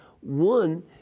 One